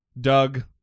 Doug